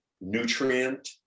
nutrient